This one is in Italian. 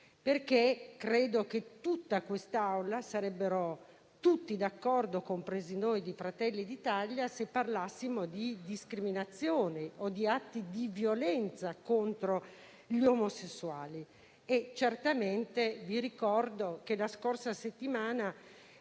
Credo che in tutta quest'Aula sarebbero tutti d'accordo, compresi noi di Fratelli d'Italia, se parlassimo di discriminazioni o di atti di violenza contro gli omosessuali. Vi ricordo che la scorsa settimana